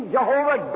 Jehovah